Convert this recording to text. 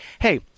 hey